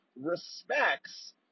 respects